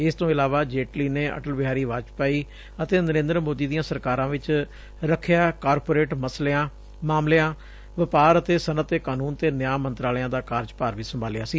ਇਸ ਤੋ ਇਲਾਵਾ ਜੇਟਲੀ ਨੇ ਅਟਲ ਬਿਹਾਰੀ ਵਾਜਪਾਈ ਅਤੇ ਨਰੇਦਰ ਮੋਦੀ ਦੀਆਂ ਸਰਕਾਰਾਂ ਵਿੱਚ ਰੱਖਿਆ ਕਾਰਪੋਰੇਟ ਮਾਮਲਿਆਂ ਵਪਾਰ ਅਤੇ ਸਨਅਤ ਤੇ ਕਾਨੂੰਨ ਅਤੇ ਨਿਆ ਮੰਤਰਾਲਿਆਂ ਦਾ ਕਾਰਜਭਾਰ ਵੀ ਸੰਭਾਲਿਆ ਸੀ